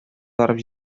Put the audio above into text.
барып